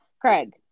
Craig